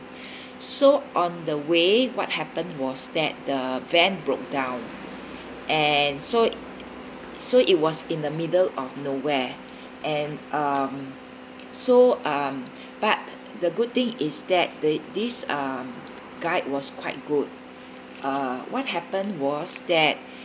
so on the way what happened was that the van broke down and so so it was in the middle of nowhere and um so um but the good thing is that the~ these um guide was quite good uh what happened was that